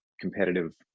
competitive